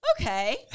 Okay